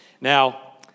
Now